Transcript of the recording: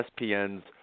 ESPN's